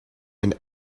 and